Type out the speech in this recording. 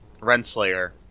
Renslayer